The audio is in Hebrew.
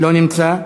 לא נמצא,